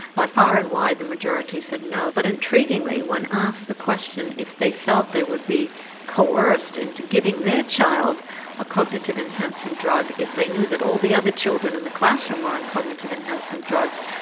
by far and wide the majority said no. but intriguingly, when asked the question if they felt they would be coerced into giving their child a cognitive enhancing drug if they knew that all the other children in the classroom were on cognitive enhancing drugs,